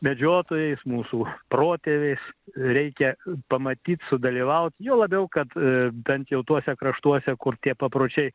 medžiotojais mūsų protėviais reikia pamatyt sudalyvaut juo labiau kad bent jau tuose kraštuose kur tie papročiai